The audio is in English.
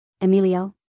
Emilio